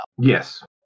Yes